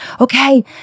okay